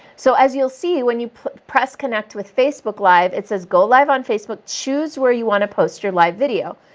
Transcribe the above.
so, as you'll see, when you press connect with facebook live, it says go live on facebook. choose where you want to post your live video.